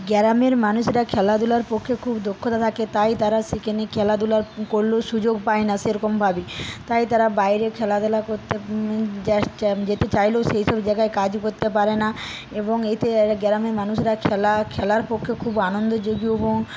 গ্রামের মানুষরা খেলাধুলার পক্ষে খুব দক্ষতা থাকে তাই তারা সেখানে খেলাধুলার করলেও সুযোগ পায় না সেরকমভাবে তাই তারা বাইরে খেলাধুলা করতে জ্যাস যেতে চাইলেও সেই সব জায়গায় কাজ করতে পারে না এবং এতে গ্রামের মানুষরা খেলা খেলার পক্ষে খুব আনন্দযোগী এবং